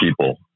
people